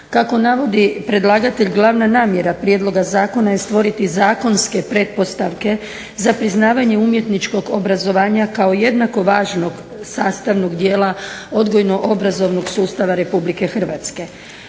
Kako navodi predlagatelj glavna namjera prijedloga zakona je stvoriti zakonske pretpostavke za priznavanje umjetničkog obrazovanja kao jednako važnog sastavnog dijela odgojno-obrazovnog sustava RH.